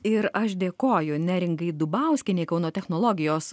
ir dėkoju neringai dubauskienei kauno technologijos